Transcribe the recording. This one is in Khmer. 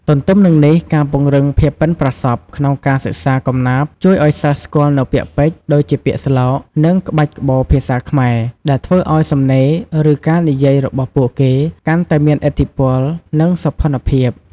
ទទ្ទឹមនឹងនេះ ការពង្រឹងភាពប៉ិនប្រសប់ក្នុង ការសិក្សាកំណាព្យជួយឱ្យសិស្សស្គាល់នូវពាក្យពេចន៍ ដូចជាពាក្យស្លោក និងក្បាច់ក្បូរភាសាខ្មែរ ដែលធ្វើឱ្យសំណេរ ឬការនិយាយរបស់ពួកគេកាន់តែមានឥទ្ធិពល និងសោភណភាព។